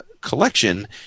collection